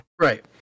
Right